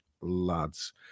lads